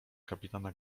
kapitana